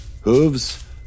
hooves